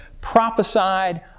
prophesied